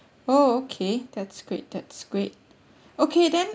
oh okay that's great that's great okay then